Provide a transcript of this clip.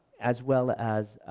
as well as